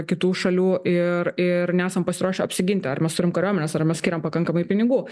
kitų šalių ir ir nesam pasiruošę apsiginti ar mes turim kariuomenes ar mes skiriam pakankamai pinigų